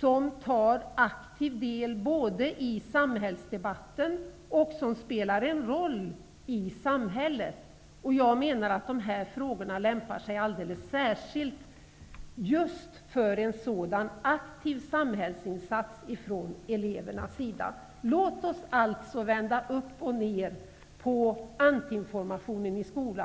som både aktivt deltar i samhällsdebatten och spelar en roll i samhället. Jag menar att de här frågorna alldeles särskilt lämpar sig just för en sådan aktiv samhällsinsats från elevernas sida. Låt oss alltså vända upp och ner på ANT informationen i skolan.